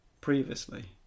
previously